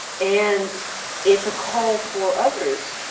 and it's a call for others,